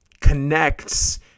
connects